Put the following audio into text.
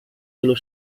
dello